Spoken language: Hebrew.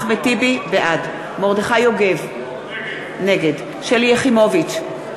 בעד מרדכי יוגב, נגד שלי יחימוביץ,